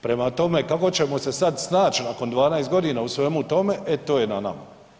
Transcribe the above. Prema tome, kako ćemo se sada snaći nakon 12 godina u svemu tome, e to je na nama.